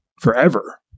forever